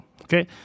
Okay